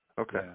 okay